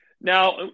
Now